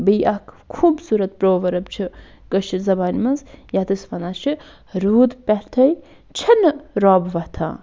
بیٚیہِ اکھ خوٗبصوٗرت پروؤرٕب چھُ کٲشِر زَبانہٕ منٛز یَتھ أسۍ وَنان چھِ روٗد پٮ۪تھٕے چھِنہٕ رَب وۄتھان